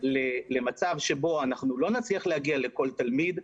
למצב שבו אנחנו לא נצליח להגיע לכל תלמיד.